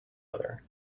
other